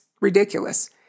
ridiculous